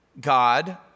God